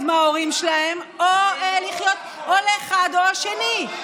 מההורים שלהם או לחיות עם אחד או עם השני.